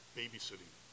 babysitting